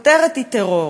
הכותרת היא: טרור.